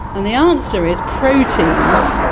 and the answer is proteins,